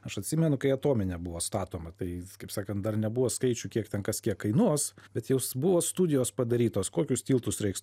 aš atsimenu kai atominė buvo statoma tai kaip sakant dar nebuvo skaičių kiek ten kas kiek kainuos bet jos buvo studijos padarytos kokius tiltus reiks